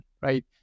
right